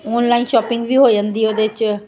online shopping ਵੀ ਹੋ ਜਾਂਦੀ ਹੈ ਉਹਦੇ 'ਚ